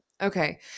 Okay